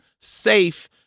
safe